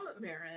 Marin